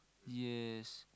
yes